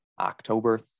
October